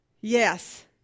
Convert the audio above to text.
Yes